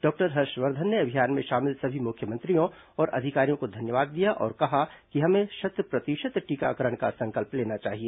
doctor Harshvardhan ने अभियान में शामिल सभी मुख्यमंत्रियों अधिकारियों को धन्यवाद दिया और कहा कि हमें शत प्रतिशत और टीकाकरण का संकल्प लेना चाहिए